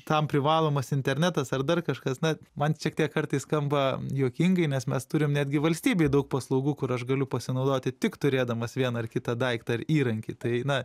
tam privalomas internetas ar dar kažkas na man šiek tiek kartais skamba juokingai nes mes turim netgi valstybėj daug paslaugų kur aš galiu pasinaudoti tik turėdamas vieną ar kitą daiktą ar įrankį tai na